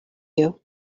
you